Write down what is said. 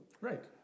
Right